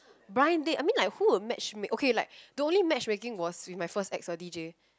blind date I mean like who would match make okay like the only matchmaking was with my first ex uh D_J